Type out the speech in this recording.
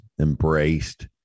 embraced